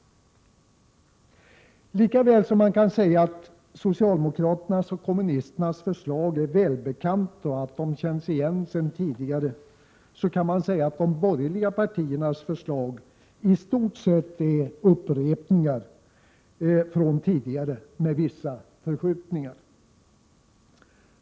Likaväl som man kan säga att socialdemokraternas och kommunisternas förslag är välbekanta och att de känns igen sedan tidigare kan man säga att de borgerliga partiernas förslag i stort sett är upprepningar från tidigare med vissa förskjutningar.